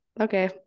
okay